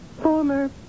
Former